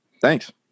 Thanks